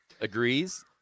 agrees